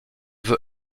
veut